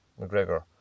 McGregor